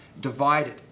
divided